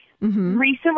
recently